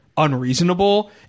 Unreasonable